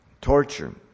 torture